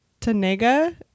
Tanega